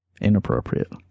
inappropriate